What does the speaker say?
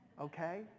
Okay